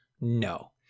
No